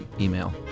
email